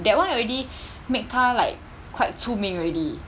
that [one] already make 他 like quite 出名 already